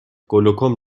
گلوکوم